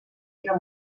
era